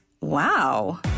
Wow